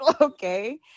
okay